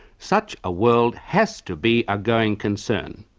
such a world has to be a going concern.